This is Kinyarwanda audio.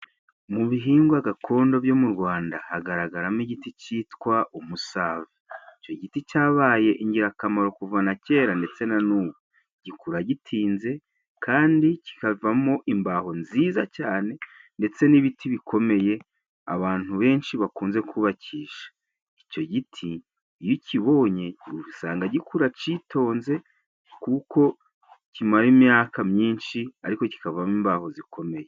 Mu bihingwa gakondo byo mu Rwanda hagaragaramo igiti cyitwa umusave. Icyo giti cyabaye ingirakamaro kuva na kera ndetse na n'ubu. Gikura gitinze kandi kikavamo imbaho nziza cyane ndetse n'ibiti bikomeye abantu benshi bakunze kubakisha. Icyo giti iyo ukibonye usanga gikura citonze kuko kimara imyaka myinshi ariko kikavamo imbaho zikomeye.